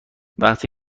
وقتی